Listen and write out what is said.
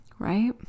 right